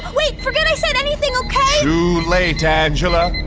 ah wait, forget i said anything, okay? too late angela.